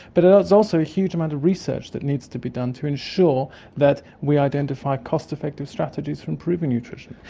but there's also a huge amount of research that needs to be done to ensure that we identify cost-effective strategies for improving nutrition.